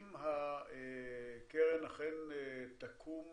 אם הקרן אכן תקום